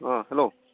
अ hell'